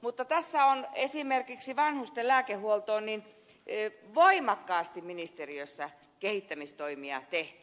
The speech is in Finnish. mutta tässä on esimerkiksi vanhusten lääkehuollossa voimakkaasti ministeriössä kehittämistoimia tehty